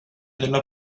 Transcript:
della